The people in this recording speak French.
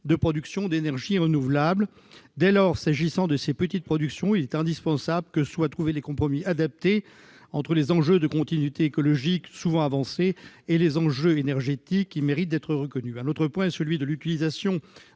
de production d'énergie renouvelable. S'agissant de ces petites productions, il est indispensable que soient trouvés des compromis adaptés entre les enjeux de continuité écologique, souvent avancés, et les enjeux énergétiques, qui méritent d'être reconnus. Enfin, le recours à la biométhanisation